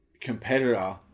competitor